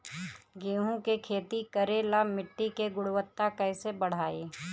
गेहूं के खेती करेला मिट्टी के गुणवत्ता कैसे बढ़ाई?